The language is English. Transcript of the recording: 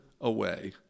away